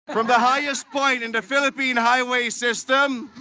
from the highest point in the philippines highway system.